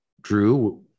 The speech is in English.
Drew